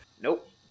Nope